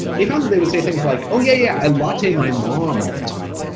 they found that they would say things like oh yeah, i latte my mom all the time,